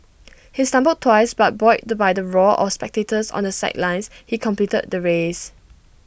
he stumbled twice but buoyed by the roar of spectators on the sidelines he completed the race